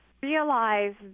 realize